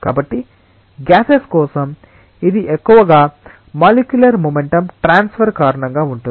కాబట్టి గ్యాసెస్ కోసం ఇది ఎక్కువగా మాలిక్యులర్ మొమెంటం ట్రాన్స్ఫర్ కారణంగా ఉంటుంది